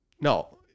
No